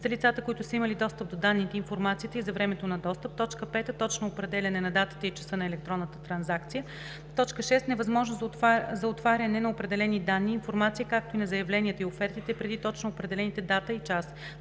за лицата, които са имали достъп до данните и информацията, и за времето на достъп; 5. точно определяне на датата и часа на електронната транзакция; 6. невъзможност за отваряне на определени данни и информация, както и на заявленията и офертите преди точно определените дата и час;